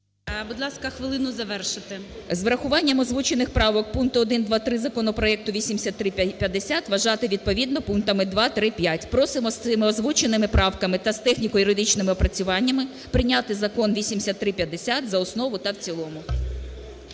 Будь ласка, хвилину завершити. ЮЖАНІНА Н.П. З врахуванням озвучених правок пункту 1, 2, 3 законопроекту 8350 вважати відповідно пунктами 2, 3, 5. Просимо з цими озвученими правками та з техніко-юридичними опрацювання прийняти закон 8350 за основу та в цілому.